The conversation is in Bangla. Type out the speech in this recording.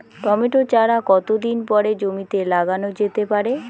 টমেটো চারা কতো দিন পরে জমিতে লাগানো যেতে পারে?